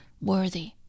worthy